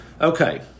Okay